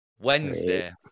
Wednesday